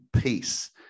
peace